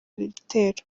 ibitero